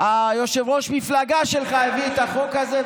והיושב-ראש של המפלגה שלך הביא את החוק הזה,